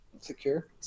secure